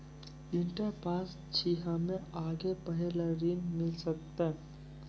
Inter pass छी हम्मे आगे पढ़े ला ऋण मिल सकत?